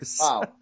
Wow